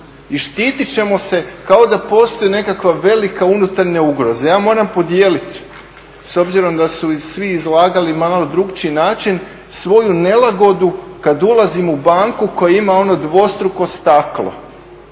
i štitit ćemo se kao da postoji nekakva velika unutarnja ugroza. Ja moram podijeliti s obzirom da su i svi izlagali na malo drukčiji način svoju nelagodu kad ulazimo u banku koja ima ono dvostruko staklo.